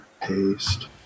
paste